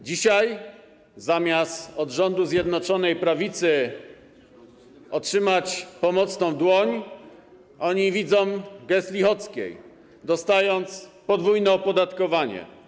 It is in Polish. Dzisiaj zamiast od rządu Zjednoczonej Prawicy otrzymać pomocną dłoń, oni widzą gest Lichockiej, dostając podwójne opodatkowanie.